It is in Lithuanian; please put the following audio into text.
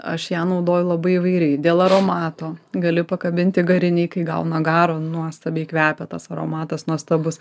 aš ją naudoju labai įvairiai dėl aromato gali pakabinti garinėj kai gauna garo nuostabiai kvepia tas aromatas nuostabus